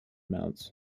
mounts